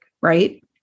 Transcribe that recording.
Right